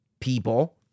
People